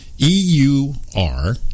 E-U-R